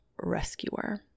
rescuer